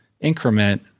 increment